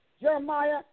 Jeremiah